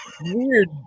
weird